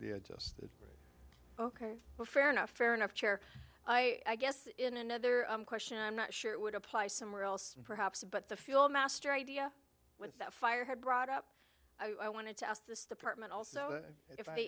the adjusted ok fair enough fair enough chair i guess in another question i'm not sure it would apply somewhere else perhaps but the fuel master idea when that fire had brought up i wanted to ask this department also if